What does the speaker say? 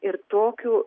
ir tokiu